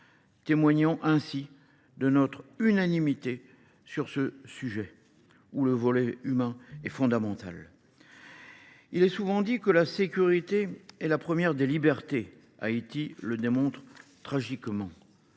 témoignage de notre unanimité sur ce sujet, dont le volet humain est fondamental. Il est souvent dit que la sécurité est la première des libertés ; Haïti en offre une